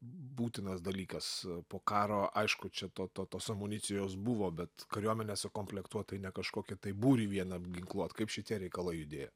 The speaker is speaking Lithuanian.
būtinas dalykas po karo aišku čia to to tos amunicijos buvo bet kariuomenę sukomplektuot tai ne kažkokį būrį vien apginkluot kaip šitie reikalai judėjo